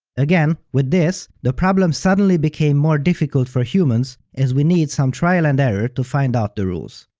again, with this, the problem suddenly became more difficult for humans as we need some trial and error to find out the rules.